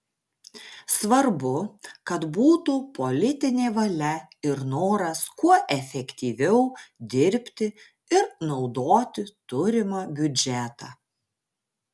svarbu kad būtų politinė valia ir noras kuo efektyviau dirbti ir naudoti turimą biudžetą